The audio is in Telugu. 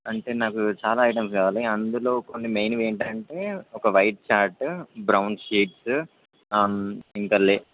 అంటే నాకు చాలా ఐటమ్స్ కావాలి అందులో కొన్ని మెయిన్వి ఏంటంటే ఒక వైట్ చార్ట్ బ్రౌన్ షీట్స్ ఇంకా లే